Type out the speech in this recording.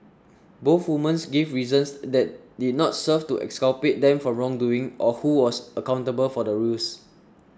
both woman gave reasons that did not serve to exculpate them from wrongdoing or who was accountable for the ruse